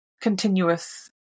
continuous